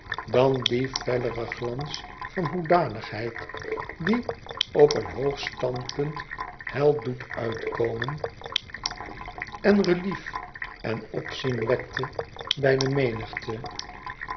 dan dien felleren glans van hoedanigheid die op een hoog standpunt hel doet uitkomen en relief en opzien wekt bij de menigte